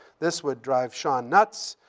this would drive sean nuts.